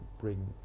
bring